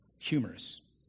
humorous